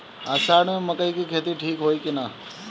अषाढ़ मे मकई के खेती ठीक होई कि ना?